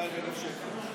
ב-52,000 שקל.